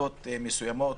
החלטות מסוימות,